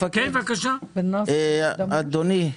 אדוני,